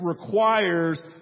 requires